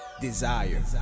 desire